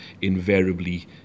invariably